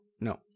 no